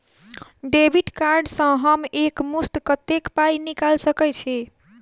Debit card सँ हम एक मुस्त कत्तेक पाई निकाल सकय छी?